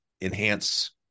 enhance